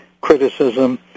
criticism